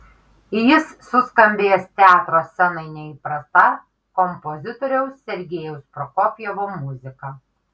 jis suskambės teatro scenai neįprasta kompozitoriaus sergejaus prokofjevo muzika